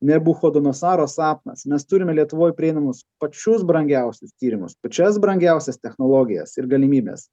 nebuchodonosaro sapnas mes turime lietuvoj prieinamus pačius brangiausius tyrimus pačias brangiausias technologijas ir galimybes